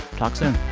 talk soon